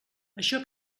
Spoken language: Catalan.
això